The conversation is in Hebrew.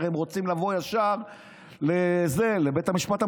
הרי הם רוצים לבוא ישר לבית המשפט המחוזי,